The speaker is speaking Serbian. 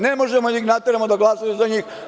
Ne možemo da ih nateramo da glasaju za njih.